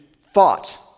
thought